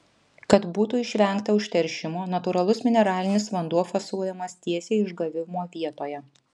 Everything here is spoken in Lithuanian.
kad būtų išvengta užteršimo natūralus mineralinis vanduo fasuojamas tiesiai išgavimo vietoje